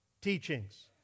teachings